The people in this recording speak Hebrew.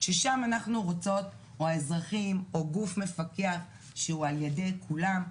ששם אנחנו רוצות או אזרחים או גוף מפקח שהוא על ידי כולם,